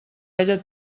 ella